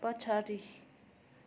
पछाडि